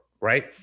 right